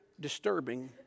disturbing